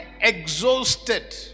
exhausted